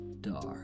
dark